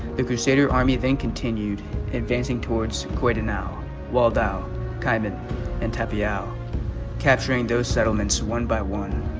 the crusader army then continued advancing towards quite a now waldow chi minh and tapia capturing those settlements one by one